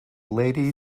lady